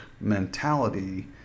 mentality